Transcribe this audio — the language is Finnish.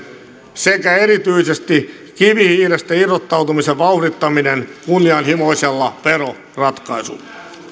sekä erityisesti kivihiilestä irrottautumisen vauhdittaminen kunnianhimoisella veroratkaisulla